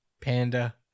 Panda